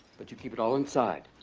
but you keep it all inside.